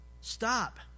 Stop